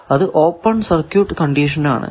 അത് open circuit condition ആണ്